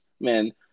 Man